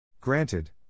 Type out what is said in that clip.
Granted